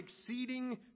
exceeding